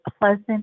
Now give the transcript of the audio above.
pleasant